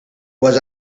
was